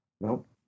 Nope